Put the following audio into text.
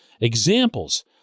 examples